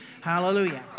Hallelujah